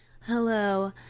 hello